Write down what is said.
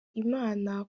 imana